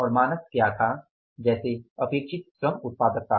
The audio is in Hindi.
और मानक क्या था जैसे अपेक्षित श्रम उत्पादकता